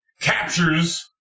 captures